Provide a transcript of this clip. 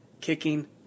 kicking